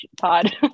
pod